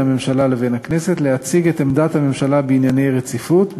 הממשלה לבין הכנסת להציג את עמדת הממשלה בענייני רציפות,